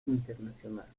internacionales